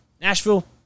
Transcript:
Nashville